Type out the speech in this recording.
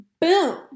boom